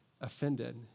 offended